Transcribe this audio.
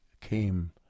came